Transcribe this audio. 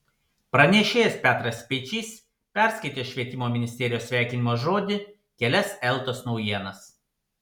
pranešėjas petras speičys perskaitė švietimo ministerijos sveikinimo žodį kelias eltos naujienas